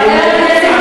עם ישראל.